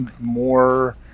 more